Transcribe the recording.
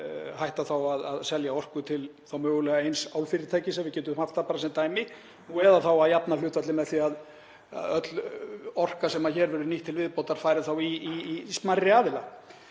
hætta þá að selja orku til mögulega eins álfyrirtækis, ef við höfum það bara sem dæmi, eða þá að jafna hlutfallið með því að öll orka sem hér verður nýtt til viðbótar fari þá til smærri aðila.